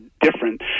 different